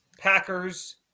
packers